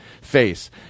face